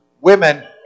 women